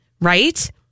right